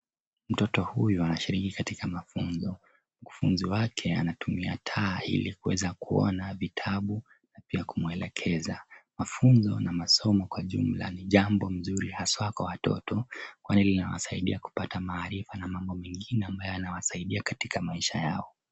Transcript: Mtoto huyu anashiriki katika mafunzo. Mkufunzi wake anatumia taa ili kuweza kuona vitabu na pia kumwelekeza. Mafunzo na masomo kwa jumla ni jambo nzuri haswa kwa watoto kwani linawasaidia kupata maarifa na mambo mengine ambayo yanawasaidia katika maisha yao.